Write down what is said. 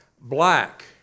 Black